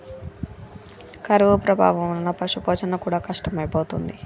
కరువు ప్రభావం వలన పశుపోషణ కూడా కష్టమైపోయింది